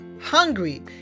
hungry